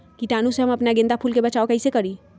कीटाणु से हम अपना गेंदा फूल के बचाओ कई से करी?